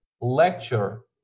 lecture